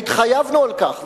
והתחייבנו על כך,